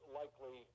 likely